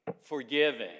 forgiving